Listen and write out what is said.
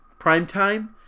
Primetime